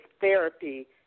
therapy